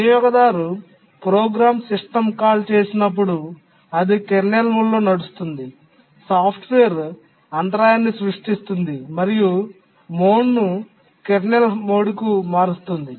వినియోగదారు program system call చేసినప్పుడు అది కెర్నల్ మోడ్లో నడుస్తుంది సాఫ్ట్వేర్ అంతరాయాన్ని సృష్టిస్తుంది మరియు మోడ్ను కెర్నల్ మోడ్కు మారుస్తుంది